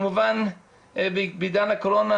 בעידן הקורונה,